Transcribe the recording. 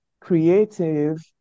creative